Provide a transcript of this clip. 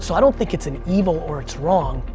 so i don't think its an evil or it's wrong.